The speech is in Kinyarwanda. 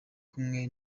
kumwe